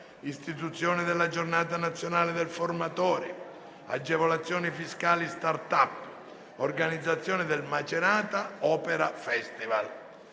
istituzione della Giornata nazionale del formatore; agevolazioni fiscali *start-up*; organizzazione del Macerata Opera Festival.